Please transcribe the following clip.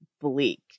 bleak